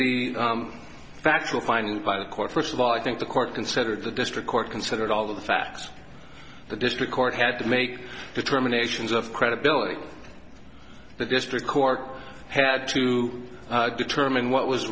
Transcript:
the factual findings by the court first law i think the court considered the district court considered all the facts the district court had to make determinations of credibility the district court had to determine what was